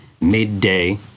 midday